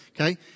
Okay